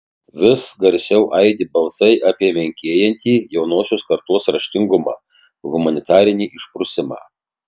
vis garsiau aidi balsai apie menkėjantį jaunosios kartos raštingumą humanitarinį išprusimą